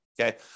Okay